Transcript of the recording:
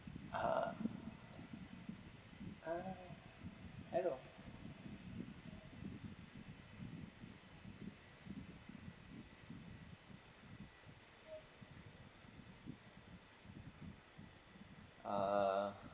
uh uh hello uh